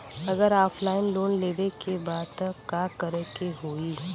अगर offline loan लेवे के बा त का करे के होयी?